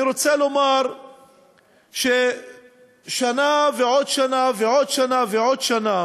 אני רוצה לומר ששנה ועוד שנה ועוד שנה ועוד שנה